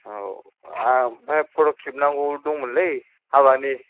औ आमफ्राय फटक खेबनांगौ दंमोनलै हाबानि